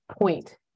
point